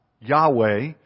Yahweh